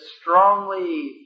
strongly